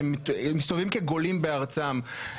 שמסתובבים כגולים בארצם,